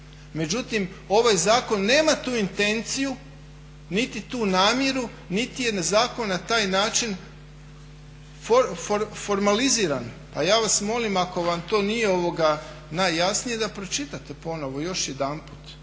Međutim ovaj zakon nema tu intenciju niti tu namjeru niti je zakon na taj način formaliziran. Pa ja vas molim ako vam to nije najjasnije da pročitate ponovno, još jedanput